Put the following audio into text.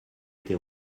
été